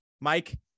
Mike